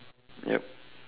yup